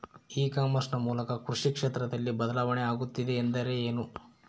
E commerce ನ ಮೂಲಕ ಕೃಷಿ ಕ್ಷೇತ್ರದಲ್ಲಿ ಬದಲಾವಣೆ ಆಗುತ್ತಿದೆ ಎಂದರೆ ಏನು?